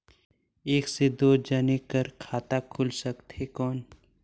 एक से दो जने कर खाता खुल सकथे कौन?